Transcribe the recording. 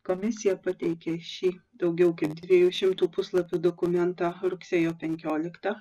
komisija pateikė šį daugiau kaip dviejų šimtų puslapių dokumentą rugsėjo penkioliktą